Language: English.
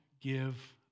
give